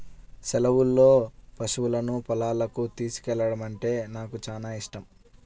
సెలవుల్లో పశువులను పొలాలకు తోలుకెల్లడమంటే నాకు చానా యిష్టం